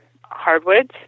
hardwoods